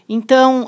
Então